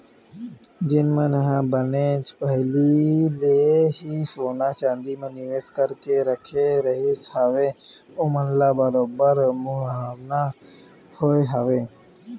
जेन मन ह बनेच पहिली ले ही सोना चांदी म निवेस करके रखे रहिन हवय ओमन ल बरोबर मुनाफा होय हवय